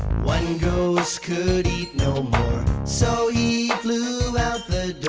one ghost could eat no more, so he flew out the